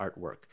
artwork